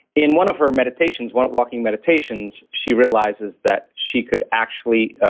in one of her meditations, one walking meditations, she realizes that she could actually,